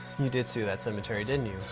you did sue that cemetery, didn't you?